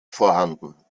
vorhanden